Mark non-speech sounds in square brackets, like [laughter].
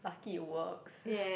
lucky it works [noise]